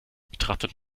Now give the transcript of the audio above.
betrachtet